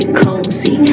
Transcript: cozy